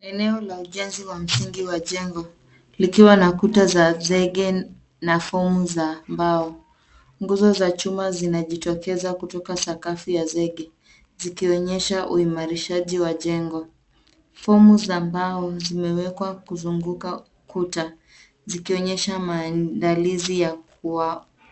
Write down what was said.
Eneo la ujenzi wa msingi wa jengo, likiwa na kuta la zege na fomu za mbao, nguzo za chuma zinajitokeza kupitia sakafu ya zege zikionyesha uimarishaji wa jengo. Fomu za mbao zimewekwa kuzunguka kuta zikionyesha maandalizi